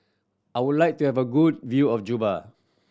I would like to have a good view of Juba